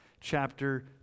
chapter